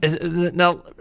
Now